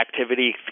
activity